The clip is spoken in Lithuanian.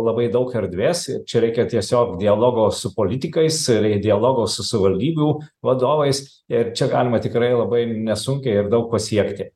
labai daug erdvės ir čia reikia tiesiog dialogo su politikais ir dialogo su savivaldybių vadovais ir čia galima tikrai labai nesunkiai ir daug pasiekti